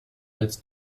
als